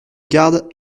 gardes